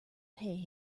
pay